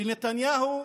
לנתניהו,